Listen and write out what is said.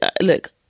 look